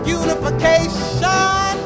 unification